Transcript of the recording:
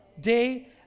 day